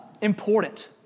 important